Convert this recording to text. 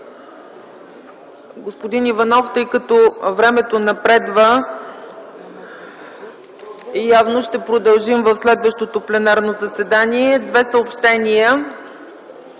Господин Иванов, тъй като времето напредва, явно ще продължим в следващото пленарно заседание. Две съобщения: